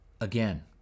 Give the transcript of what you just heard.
again